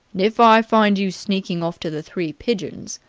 and, if i find you sneakin' off to the three pigeons.